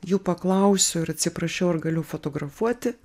jų paklausiau ir atsiprašiau ar galiu fotografuoti